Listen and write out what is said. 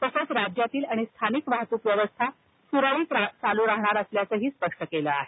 तसंच राज्यातील आणि स्थानिक वाहतूक व्यवस्था सुरळीत चालू राहणार असल्याचं स्पष्ट केलं आहे